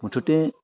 मुथुथे